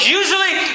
usually